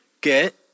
get